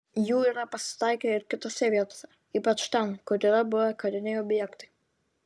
jų yra pasitaikę ir kitose vietose ypač ten kur yra buvę kariniai objektai